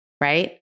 right